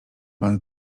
pan